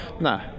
Nah